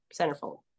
Centerfold